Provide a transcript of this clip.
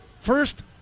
First